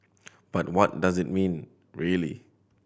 but what does it mean really